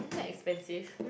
isn't that expensive